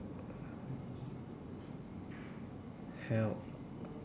help